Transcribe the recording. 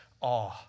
awe